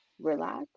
relax